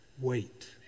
wait